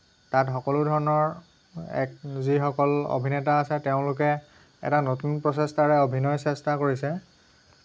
তাত সকলো ধৰণৰ এক যিসকল অভিনেতা আছে তেওঁলোকে এটা নতুন প্ৰচেষ্টাৰে অভিনয় চেষ্টা কৰিছে